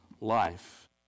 life